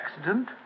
accident